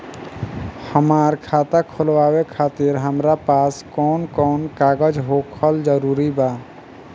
हमार खाता खोलवावे खातिर हमरा पास कऊन कऊन कागज होखल जरूरी बा?